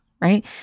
right